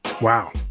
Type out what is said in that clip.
wow